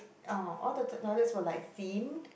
orh all the t~ toilets were like themed